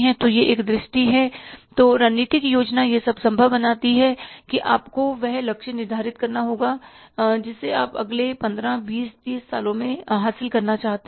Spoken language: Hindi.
तो यह एक दृष्टि है तो रणनीतिक योजना यह सब संभव बनाती है कि आपको वह लक्ष्य निर्धारित करना होगा जिसे आप अगले पंद्रह बीस तीस साल में हासिल करना चाहते हैं